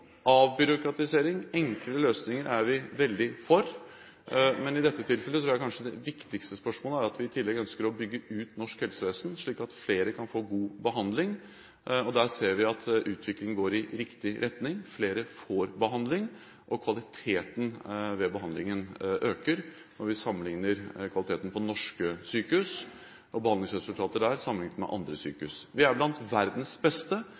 avbyråkratisering, enklere løsninger er vi veldig for. Men i dette tilfellet tror jeg kanskje det viktigste spørsmålet er at vi i tillegg ønsker å bygge ut norsk helsevesen, slik at flere kan få god behandling. Der ser vi at utviklingen går i riktig retning. Flere får behandling, og kvaliteten ved behandlingen øker når vi sammenlikner kvaliteten på norske sykehus – og behandlingsresultater der – med andre sykehus. Vi er blant verdens beste,